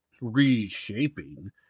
reshaping